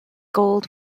gold